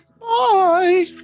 Bye